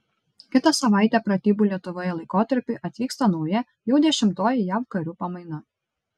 kitą savaitę pratybų lietuvoje laikotarpiui atvyksta nauja jau dešimtoji jav karių pamaina